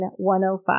105